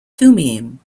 thummim